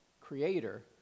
creator